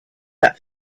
that